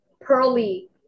pearly